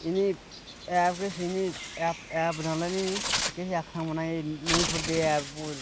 app बनाने आह्लें गी किश आखना पौना कि एह् नेईं छुड़दे ऐप